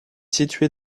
situé